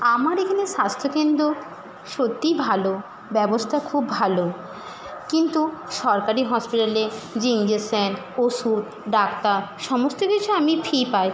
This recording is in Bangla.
আমার এখানে স্বাস্থ্যকেন্দ্র সত্যিই ভালো ব্যবস্তা খুব ভালো কিন্তু সরকারি হসপিটালে যে ইঞ্জেকশান ওষুধ ডাক্তার সমস্ত কিছু আমি ফ্রি পাই